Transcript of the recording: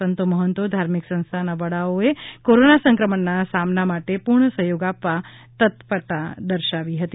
સંતો મહંતો ધાર્મિક સંસ્થા વડાઓએ કોરોના સંક્રમણના સામના માટે પૂર્ણ સહ્યોગ આપવા તત્પરતા દર્શાવી હતી